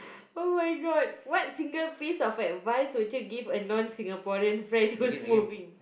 [oh]-my-god what single piece of advice would you give a non Singaporean friend who's moving